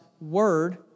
Word